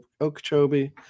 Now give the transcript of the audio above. Okeechobee